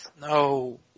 No